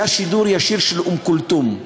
היה שידור ישיר של אום כולתום.